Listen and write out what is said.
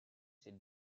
cette